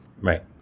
Right